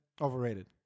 overrated